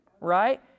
right